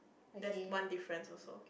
that's one difference also